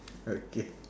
okay